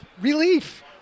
relief